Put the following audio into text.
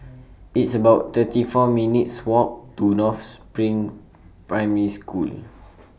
It's about thirty four minutes' Walk to North SPRING Primary School